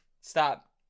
Stop